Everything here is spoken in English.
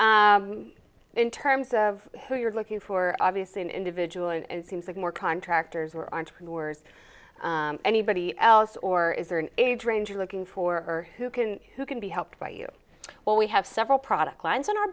in terms of who you're looking for obviously an individual and seems like more contractors were entrepreneurs anybody else or is there an age range looking for who can who can be helped by you well we have several product lines on our